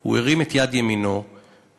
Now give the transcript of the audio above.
הוא הרים את יד ימינו ונשבע: